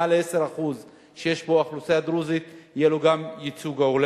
בו מעל 10% אוכלוסייה דרוזית יהיה לו גם ייצוג הולם